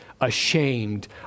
ashamed